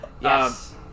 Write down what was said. Yes